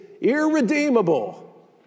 irredeemable